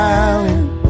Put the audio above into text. island